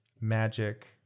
magic